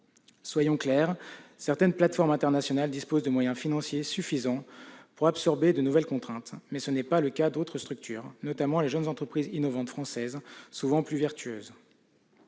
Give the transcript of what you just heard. Soyons clairs : certaines plateformes internationales disposent de moyens financiers suffisants pour absorber de nouvelles contraintes, mais ce n'est pas le cas d'autres structures, notamment les jeunes entreprises innovantes françaises, souvent plus vertueuses.